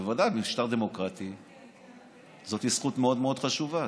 בוודאי במשטר דמוקרטי זאת זכות חשובה מאוד מאוד.